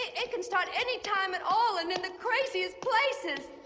it can start anytime at all and in the craziest places!